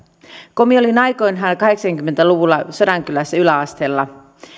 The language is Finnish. kun minä olin aikoinaan kahdeksankymmentä luvulla sodankylässä yläasteella